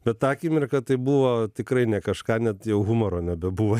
bet tą akimirką tai buvo tikrai ne kažką net jau humoro nebebuvo